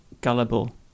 gullible